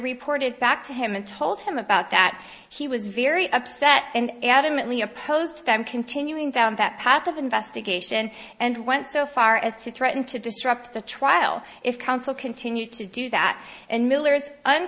reported back to him and told him about that he was very upset and adamantly opposed to them continuing down that path of investigation and went so far as to threaten to disrupt the trial if counsel continued to do that and